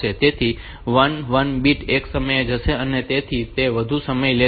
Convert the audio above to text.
તેથી 1 1 બીટ એક સમયે જશે અને તેથી તે વધુ સમય લેશે